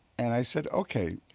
and i said, okay.